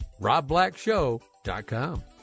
robblackshow.com